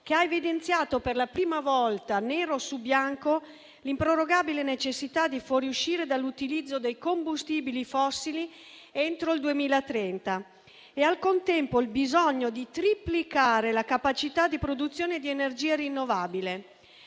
che ha evidenziato per la prima volta nero su bianco l'improrogabile necessità di fuoriuscire dall'utilizzo dei combustibili fossili entro il 2030 e al contempo il bisogno di triplicare la capacità di produzione di energia rinnovabile,